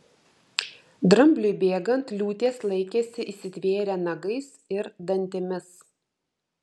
drambliui bėgant liūtės laikėsi įsitvėrę nagais ir dantimis